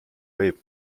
võib